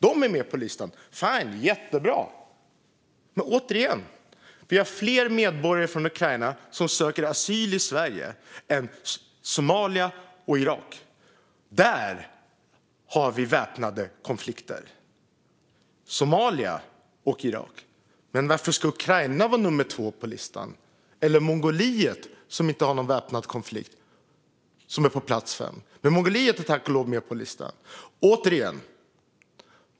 USA är med på listan - fine, jättebra! Men återigen: Det är fler medborgare från Ukraina som söker asyl i Sverige än från Somalia och Irak, där vi har väpnade konflikter. Varför ska Ukraina vara på plats två? Mongoliet har inte någon väpnad konflikt men är på plats fem. Tack och lov är Mongoliet med på listan.